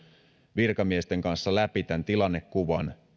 virkamiesten kanssa läpi tämän tilannekuvan